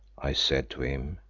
i said to him,